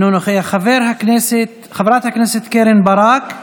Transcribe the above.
אינו נוכח, חברת הכנסת קרן ברק.